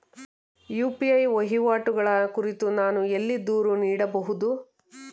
UPI ವಹಿವಾಟುಗಳ ಕುರಿತು ನಾನು ಎಲ್ಲಿ ದೂರು ನೀಡಬಹುದು?